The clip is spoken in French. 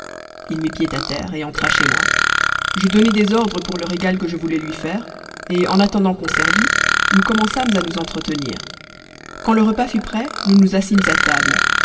il mit pied à terre et entra chez moi je donnai des ordres pour le régal que je voulais lui faire et en attendant qu'on servît nous commençâmes à nous entretenir quand le repas fut prêt nous nous assîmes à table